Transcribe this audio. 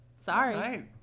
Sorry